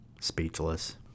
speechless